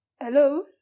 hello